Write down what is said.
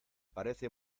parece